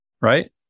right